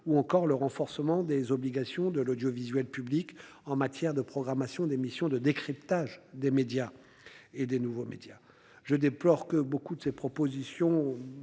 ou encore le renforcement des obligations de l'audiovisuel public en matière de programmation d'émissions de décryptage des médias et des nouveaux médias. Je déplore que beaucoup de ces propositions